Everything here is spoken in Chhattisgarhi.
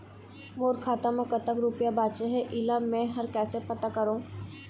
मोर खाता म कतक रुपया बांचे हे, इला मैं हर कैसे पता करों?